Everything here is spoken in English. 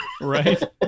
Right